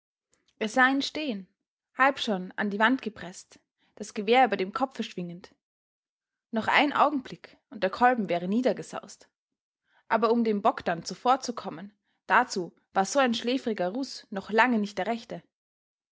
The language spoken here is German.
sah ihn stehen halb schon an die wand gepreßt das gewehr über dem kopfe schwingend noch ein augenblick und der kolben wäre niedergesaust aber um dem bogdn zuvorzukommen dazu war so ein schläfriger ruß noch lange nicht der rechte